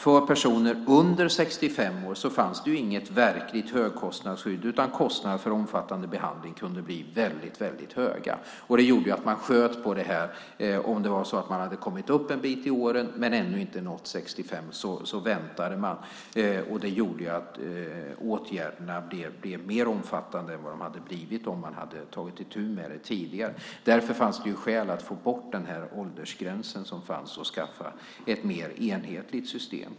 För personer under 65 år fanns det inget verkligt högkostnadsskydd, utan kostnaderna för omfattande behandling kunde bli väldigt höga. Det gjorde att man sköt på behandlingen. Om det var så att man hade kommit upp en bit i åren men ännu inte nått 65 väntade man, och det gjorde att åtgärderna blev mer omfattande än vad de hade blivit om man hade tagit itu med det tidigare. Därför fanns det skäl att få bort den åldersgräns som fanns och skaffa ett mer enhetligt system.